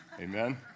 Amen